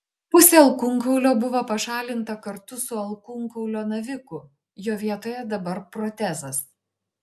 pusė alkūnkaulio buvo pašalinta kartu su alkūnkaulio naviku jo vietoje dabar protezas